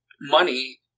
money